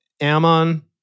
Ammon